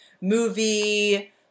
movie